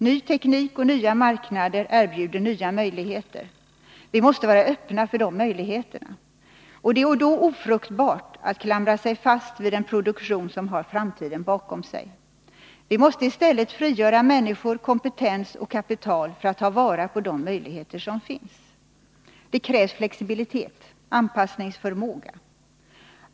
Ny teknik och nya marknader erbjuder nya möjligheter. Vi måste vara öppna för de möjligheterna. Det är då ofruktbart att klamra sig fast vid en produktion som har framtiden bakom sig. Vi måste i stället frigöra människor, kompetens och kapital för att ta vara på de möjligheter som finns. Det krävs flexibilitet, anpassningsförmåga.